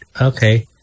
okay